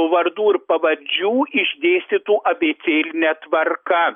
vardų ir pavardžių išdėstytų abėcėline tvarka